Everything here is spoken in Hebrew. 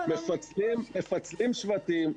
מפצלים שבטים.